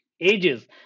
ages